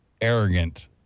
arrogant